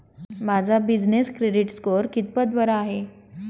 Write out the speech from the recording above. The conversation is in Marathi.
माझा बिजनेस क्रेडिट स्कोअर कितपत बरा आहे?